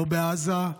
לא בעזה,